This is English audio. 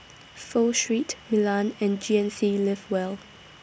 Pho Street Milan and G N C Live Well